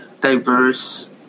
diverse